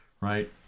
right